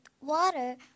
water